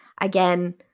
Again